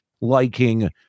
liking